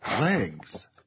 legs